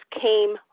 came